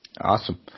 Awesome